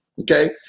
Okay